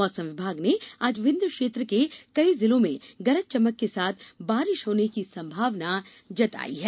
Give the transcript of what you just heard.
मौसम विभाग ने आज विंध्य क्षेत्र के कई जिलों में गरज चमक के साथ बारिश होने की संभावना जताई है